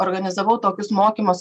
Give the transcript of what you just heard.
organizavau tokius mokymus